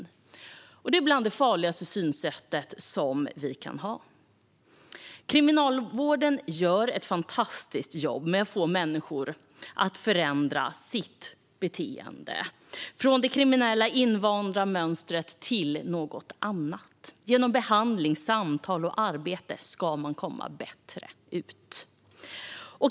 Det är det bland det farligaste synsättet vi kan ha. Kriminalvården gör ett fantastiskt jobb med att få människor att förändra sitt beteende från det kriminella, invanda mönstret till något annat. Genom behandling, samtal och arbete ska man komma bättre ut.